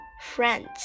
friends